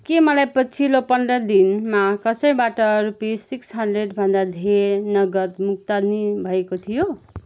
के मलाई पछिल्लो पन्ध्र दिनमा कसैबाट रुपिस सिक्स हन्ड्रेड भन्दा धेर नगद भुक्तानी भएको थियो